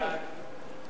2